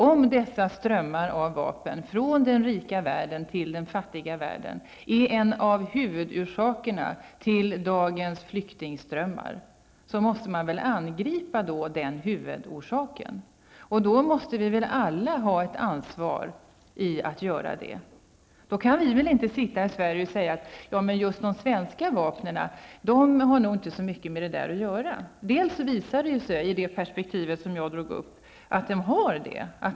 Om dessa strömmar av vapen från den rika världen till den fattiga världen är en av huvudorsakerna till dagens flyktingströmmar, måste man väl angripa denna huvudorsak. Då måste vi alla ha ett ansvar att göra det. Då kan vi inte sitta här i Sverige och säga att just de svenska vapnen har nog inte så mycket med detta att göra. Det visar sig ju i det perspektiv som jag drog upp att de har det.